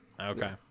okay